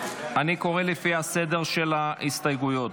אני קורא לפי הסדר של ההסתייגויות.